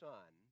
Son